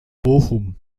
bochum